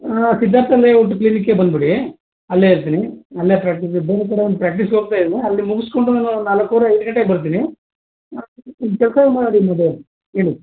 ಹಾಂ ಸಿದ್ದಾರ್ಥ ಲೇಔಟ್ ಕ್ಲಿನಿಕ್ಗೆ ಬಂದುಬಿಡಿ ಅಲ್ಲೆ ಇರ್ತೀನಿ ಅಲ್ಲೆ ಪ್ರಾಕ್ಟಿಸಿಗೆ ಬರೋಥರ ಒಂದು ಪ್ರಾಕ್ಟಿಸಿಗೆ ಹೋಗ್ತಾ ಇದ್ದೀನಿ ಅಲ್ಲಿ ಮುಗಿಸ್ಕೊಂಡು ನಾಲ್ಕೂವರೆ ಐದು ಗಂಟೆ ಬರ್ತೀನಿ ಒಂದು ಕೆಲಸ ಮಾಡಿ ಮದು ಹೇಳಿ